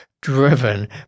driven